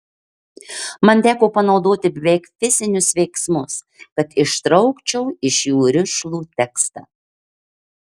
man teko panaudoti beveik fizinius veiksmus kad ištraukčiau iš jų rišlų tekstą